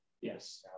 yes